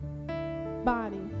body